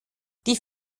die